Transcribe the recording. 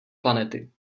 planety